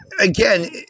again